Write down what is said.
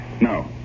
No